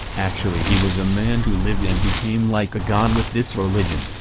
actually he was a man who lived and became like a god with this religion,